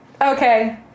Okay